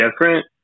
different